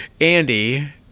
Andy